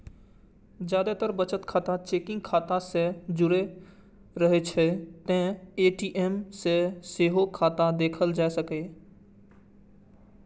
जादेतर बचत खाता चेकिंग खाता सं जुड़ रहै छै, तें ए.टी.एम सं सेहो खाता देखल जा सकैए